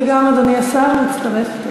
וגם אדוני השר מצטרף.